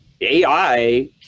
AI